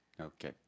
okay